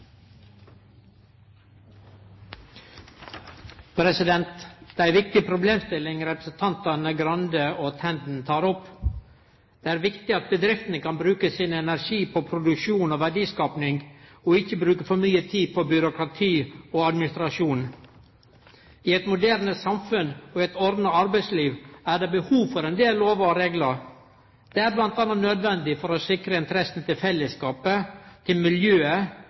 produktivt. Det er ei viktig problemstilling representantane Skei Grande og Tenden tek opp. Det er viktig at bedriftene kan bruke energien sin på produksjon og verdiskaping og ikkje bruke for mykje tid på byråkrati og administrasjon. I eit moderne samfunn og i eit ordna arbeidsliv er det behov for ein del lovar og reglar. Det er bl.a. nødvendig for å sikre interessene til fellesskapet, til miljøet